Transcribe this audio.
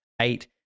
Eight